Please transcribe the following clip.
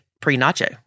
pre-nacho